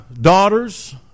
daughter's